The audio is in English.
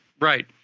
right